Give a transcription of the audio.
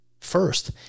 First